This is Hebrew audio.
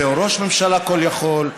זהו ראש ממשלה כול-יכול,